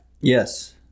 Yes